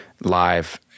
live